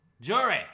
Jury